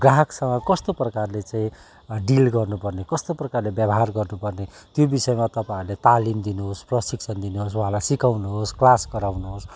ग्राहकसँग कस्तो प्रकारले चाहिँ डिल गर्नु पर्ने कस्तो प्रकारले व्यवहार गर्नु पर्ने त्यो विषयमा तपाईँहरूले तालिम दिनुहोस् प्रशिक्षण दिनुहोस् उहाँलाई सिकाउनुहोस् क्लास गराउनुहोस्